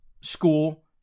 school